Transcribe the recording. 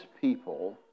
people